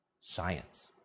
science